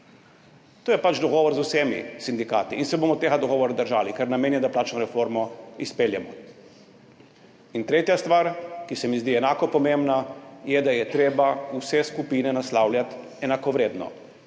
To je pač dogovor z vsemi sindikati. In se bomo tega dogovora držali, ker namen je, da plačno reformo izpeljemo. In tretja stvar, ki se mi zdi enako pomembna, je, da je treba vse skupine naslavljati enakovredno.